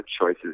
choices